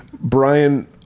Brian